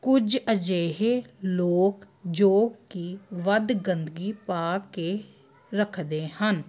ਕੁਝ ਅਜਿਹੇ ਲੋਕ ਜੋ ਕਿ ਵੱਧ ਗੰਦਗੀ ਪਾ ਕੇ ਰੱਖਦੇ ਹਨ